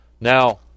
Now